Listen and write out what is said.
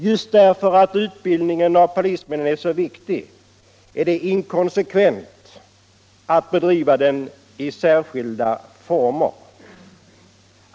Just därför att utbildningen av polismän är så viktig är det inkonsekvent att bedriva den i särskilda former.